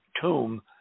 tomb